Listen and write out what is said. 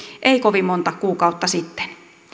ei kovin monta kuukautta sitten